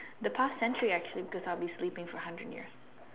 the past century actually because I would be sleeping for a hundred years